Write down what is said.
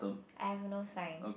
I have no sign